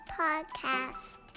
podcast